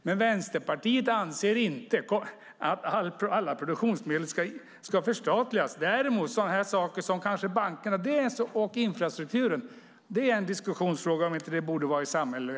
Men Vänsterpartiet anser inte att alla produktionsmedel ska förstatligas, däremot sådana saker som bankerna och infrastrukturen. Det är en diskussionsfråga om inte dessa borde vara i samhällelig ägo.